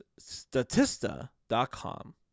Statista.com